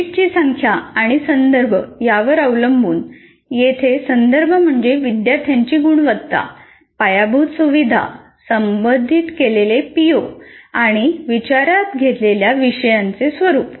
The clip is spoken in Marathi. क्रेडिटची संख्या आणि संदर्भ यावर अवलंबून येथे संदर्भ म्हणजे विद्यार्थ्यांची गुणवत्ता पायाभूत सुविधा संबोधित केलेले पीओ आणि विचारात घेतलेल्या विषयाचे स्वरूप